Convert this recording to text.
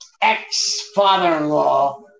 ex-father-in-law